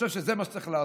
חושב שזה מה שצריך לעשות.